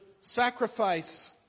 sacrifice